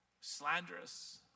Slanderous